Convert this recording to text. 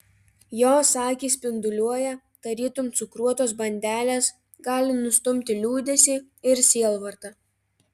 jos akys spinduliuoja tarytum cukruotos bandelės gali nustumti liūdesį ir sielvartą